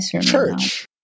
church